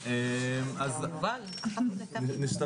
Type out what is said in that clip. אבל המיטה